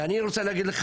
ואני רוצה להגיש לך,